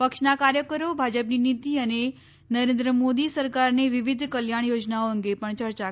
પક્ષના કાર્યકરો ભાજપની નીતિ અને નરેન્દ્ર મોદી સરકારની વિવિધ કલ્યાણ યોજનાઓ અંગે પણ યર્ચા કરશે